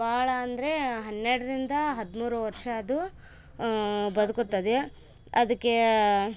ಬಹಳ ಅಂದರೆ ಹನ್ನೆರಡರಿಂದ ಹದಿಮೂರು ವರ್ಷ ಅದು ಬದುಕುತ್ತದೆ ಅದಕ್ಕೆ